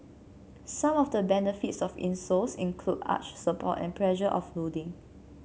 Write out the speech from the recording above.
some of the benefits of insoles include arch support and pressure offloading